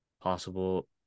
possible